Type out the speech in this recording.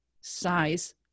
size